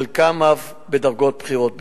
חלקם אף בדרגות בכירות ביותר.